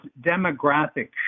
demographic